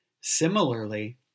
Similarly